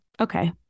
Okay